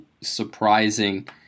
surprising